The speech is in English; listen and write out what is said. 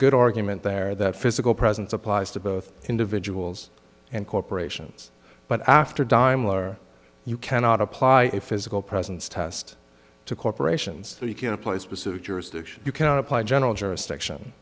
good argument there that physical presence applies to both individuals and corporations but after dime lower you cannot apply a physical presence test to corporations so you can apply a specific jurisdiction you can apply general jurisdiction